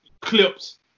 clips